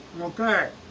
Okay